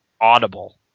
Audible